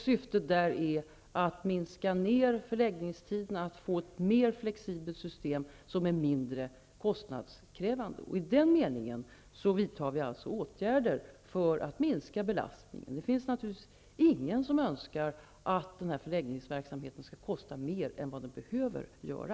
Syftet med detta är att vi skall minska ner förläggningstiderna och få ett mer flexibelt system som är mindre kostnadskrävande. I den meningen vidtar vi alltså åtgärder för att minska belastningen. Det finns naturligtvis ingen som önskar att förläggningsverksamheten skall kosta mer än vad den behöver kosta.